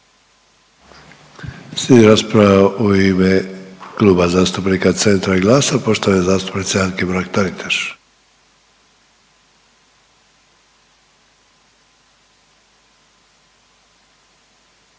Slijedi rasprava u ime Kluba zastupnika Centra i GLAS-a, poštovane zastupnice Anke Mrak Taritaš.